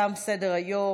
תם סדר-היום.